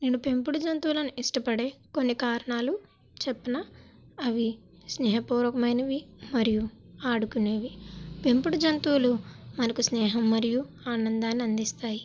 ఈ పెంపుడు జంతువులను ఇష్టపడే కొన్ని కారణాలు చెప్పనా అవి స్నేహపురకామైనవి మరియు ఆడుకునేవి పెంపుడు జంతువులు మనకి స్నేహం మరియు ఆనందాన్ని అందిస్తాయి